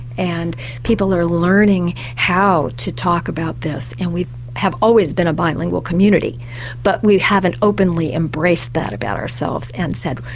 and people are learning how to talk about this, and we have always been a bilingual community but we haven't openly embraced that about ourselves and said,